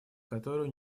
которую